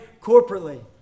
corporately